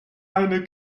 eine